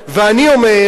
ואני אומר,